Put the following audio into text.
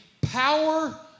power